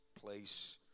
place